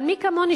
אבל מי כמוני,